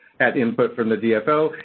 had input from the dfo.